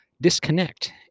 Disconnect